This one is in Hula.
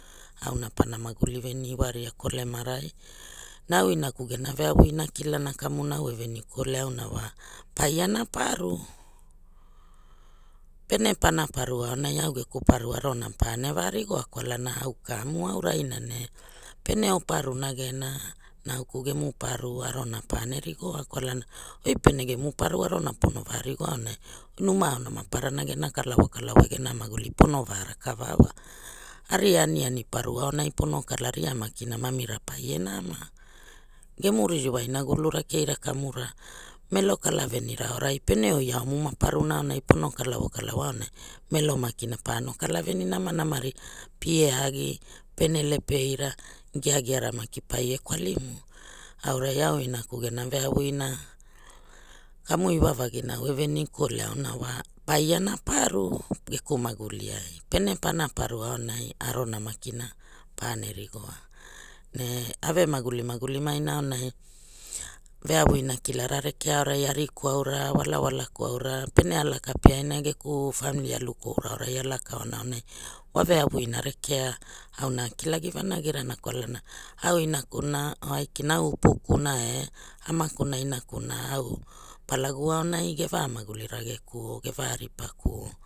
Auna pana maguli veni waria kolema rai na au amaku gena veavu ina kilana kamuna au e veniku ole auna wa paiana paru pere pana paru aonai au geku paru arona paneva rigoa kwalana au kava aurai na ne, pene o paruna gera nauku gemu paru arona pana rigoa kwalana oi pene gemu paru arona pono varigoa aonai numa aona maparana gera kalavo kalavo gera maguli pono va rakava wa ari aniani paru aonai pono kalaria makina mamira paie nama, gemu ririwa inagulura keira kamura melo kavavenira aorai pene oi aomu ma paruna aonai pono kalavo kalavo aonai melo makina pono kalaveni namanama ria pie agi, pene lepei ira giagiara maki paie kwalimu kamu iwavagina au eveniku ole auna wa pai ana paru geku maguliai, pere para paru aonai arona makina para rigoa ne au magulia maguli mai na aonai veavu ina kalara rekea aurai ariku aura walawalaku aura pene a laka piaina geku famili alukoura aorai a laka oana aonai wa veavu ina rekea auna akilagi vanagi rana kwalana au inakuna or aikina au upukuna e amaku e inakuna au palagu aonai geva maguliragekuo geva ripa kuo.